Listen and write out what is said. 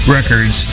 Records